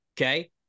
Okay